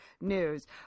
news